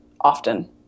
Often